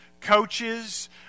coaches